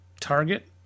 target